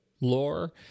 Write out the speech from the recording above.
lore